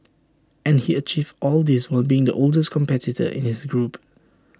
and he achieved all this while being the oldest competitor in his group